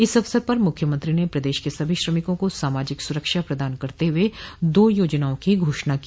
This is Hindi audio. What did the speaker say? इस अवसर पर मुख्यमंत्री ने प्रदेश के सभी श्रमिकों को सामाजिक सुरक्षा प्रदान करते हुए दो योजनाओं की घोषणा की